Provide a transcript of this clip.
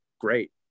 great